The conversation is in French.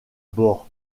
bord